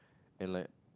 and like